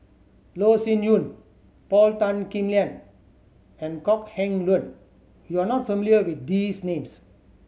Loh Sin Yun Paul Tan Kim Liang and Kok Heng Leun you are not familiar with these names